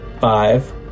Five